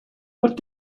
what